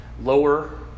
lower